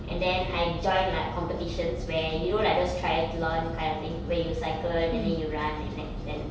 and then I joined like competitions where you know like those triathlon kind of thing where you cycle and then you run and th~ then